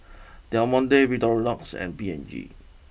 Del Monte Victorinox and P and G